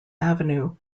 avenue